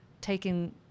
taking